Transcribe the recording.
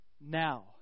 Now